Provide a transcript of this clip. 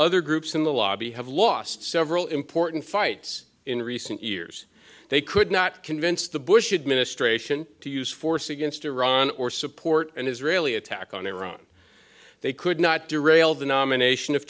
other groups in the lobby have lost several important fights in recent years they could not convince the bush administration to use force against iran or support and israeli attack on iran they could not derail the nomination of